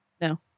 No